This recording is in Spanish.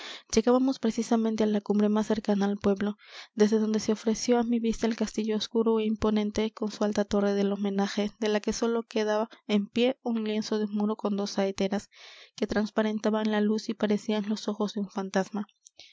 llegábamos precisamente á la cumbre más cercana al pueblo desde donde se ofreció á mi vista el castillo oscuro é imponente con su alta torre del homenaje de la que sólo queda en pie un lienzo de muro con dos saeteras que transparentaban la luz y parecían los ojos de un fantasma